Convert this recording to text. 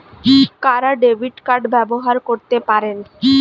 কারা debit card ব্যবহার করতে পারেন?